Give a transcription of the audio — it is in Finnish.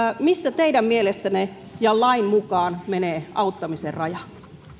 missä teidän mielestänne ja lain mukaan menee auttamisen raja